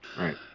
right